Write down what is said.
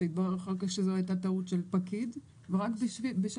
שהתברר אחר כך שזה הייתה טעות של פקיד ורק בשל